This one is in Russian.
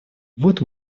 вот